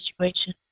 situation